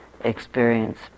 experience